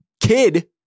kid